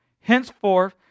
Henceforth